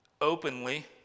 openly